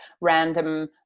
random